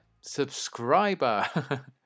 subscriber